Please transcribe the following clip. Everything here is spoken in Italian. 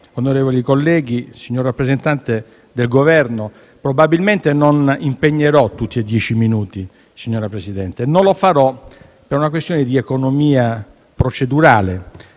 onorevoli colleghi, signor rappresentante del Governo, probabilmente non impegnerò tutti e dieci i minuti e non lo farò per una questione di economia procedurale,